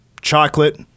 chocolate